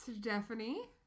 Stephanie